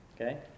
Okay